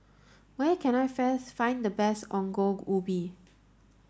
where can I find the best Ongol Ubi